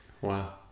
wow